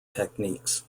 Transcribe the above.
techniques